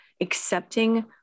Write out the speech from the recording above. accepting